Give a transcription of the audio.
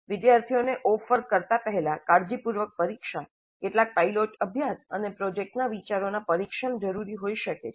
વિદ્યાર્થીઓને ઓફર કરતા પહેલા કાળજીપૂર્વક પરીક્ષા કેટલાક પાયલોટ અભ્યાસ અને પ્રોજેક્ટના વિચારોના પરીક્ષણ જરૂરી હોઈ શકે છે